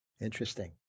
Interesting